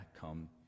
come